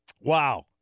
Wow